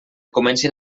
comencin